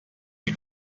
she